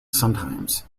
sometimes